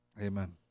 Amen